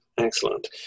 Excellent